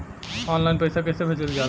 Online पैसा कैसे भेजल जाला?